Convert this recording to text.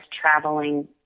traveling